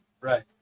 right